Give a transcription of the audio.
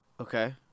Okay